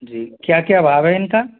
जी क्या क्या भाव है इनका